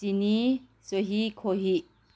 ꯆꯤꯅꯤ ꯆꯨꯍꯤ ꯈꯣꯏꯍꯤ